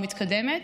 מתקדמת,